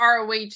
roh